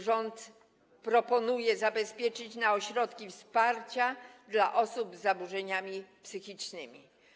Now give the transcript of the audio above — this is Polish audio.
rząd proponuje zabezpieczyć na ośrodki wsparcia dla osób z zaburzeniami psychicznymi.